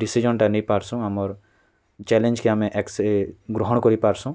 ଡ଼ିସିସନ୍ଟା ନେଇ ପାର୍ସୁ ଆମର୍ ଚାଲେଞ୍କେ ଆମେ ଏକ୍ସ ଗ୍ରହଣ କରି ପାର୍ସୁ